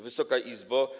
Wysoka Izbo!